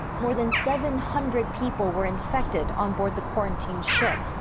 more than seven hundred people were infected on board the quarantined ship.